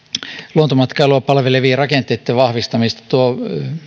luontomatkailua palvelevien rakenteitten vahvistamisesta se tuo